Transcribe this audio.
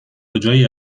کجایی